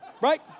right